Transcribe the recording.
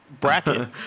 bracket